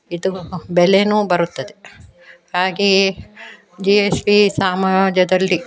ಇದು ಬೆಲೆಯೂ ಬರುತ್ತದೆ ಹಾಗೆಯೇ ಜಿ ಎಸ್ ಬಿ ಸಮಾಜದಲ್ಲಿ